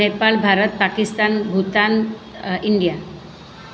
Nepal Bharat Pakistan Bhutan India